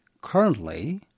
Currently